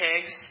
pigs